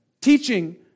teaching